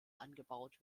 angebaut